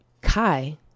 Kai